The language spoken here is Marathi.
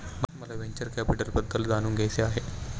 मला व्हेंचर कॅपिटलबद्दल जाणून घ्यायचे आहे